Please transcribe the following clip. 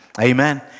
Amen